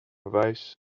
bewijs